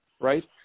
right